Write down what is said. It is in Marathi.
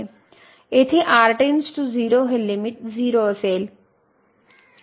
तर येथे r → 0 हे लिमिट 0 असेल